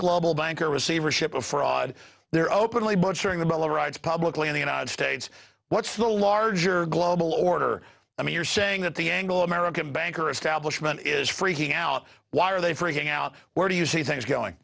global banker receivership a fraud there openly but showing the bill of rights publicly in the united states what's the larger global order i mean you're saying that the anglo american banker establishment is freaking out why are they freaking out where do you see things going